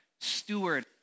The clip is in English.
steward